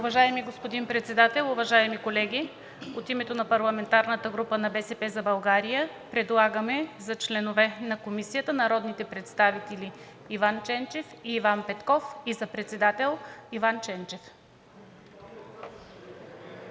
Уважаеми господин Председател, уважаеми колеги! От името на парламентарната група на „БСП за България“ предлагаме за членове на Комисията народните представители Иван Ченчев и Иван Петков, а за председател Иван Ченчев.